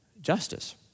justice